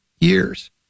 years